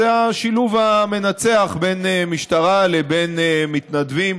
זה השילוב המנצח בין משטרה לבין מתנדבים,